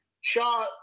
Shaw